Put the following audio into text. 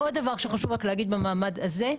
עוד דבר שחשוב להגיד במעמד הזה.